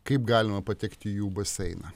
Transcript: kaip galima patekti į jų baseiną